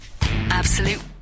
Absolute